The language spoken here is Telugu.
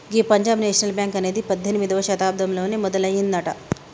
గీ పంజాబ్ నేషనల్ బ్యాంక్ అనేది పద్దెనిమిదవ శతాబ్దంలోనే మొదలయ్యిందట